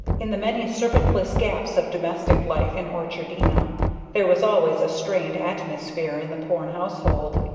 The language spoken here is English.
in the many servantless gaps of domestic life in orchardina, there was always a strained atmosphere in the porne household.